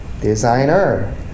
designer